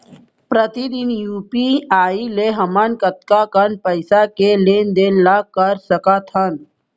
प्रतिदन यू.पी.आई ले हमन कतका कन पइसा के लेन देन ल कर सकथन?